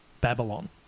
Babylon